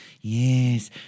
yes